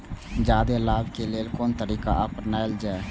जादे लाभ के लेल कोन तरीका अपनायल जाय?